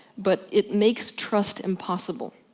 but it makes trust impossible.